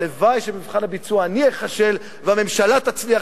הלוואי שבמבחן הביצוע אני אכשל והממשלה תצליח,